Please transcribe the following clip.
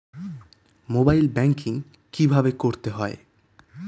Mobile banking কীভাবে করতে হয়?